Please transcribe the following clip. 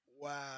Wow